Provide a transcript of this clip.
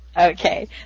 Okay